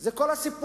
זה כל הסיפור.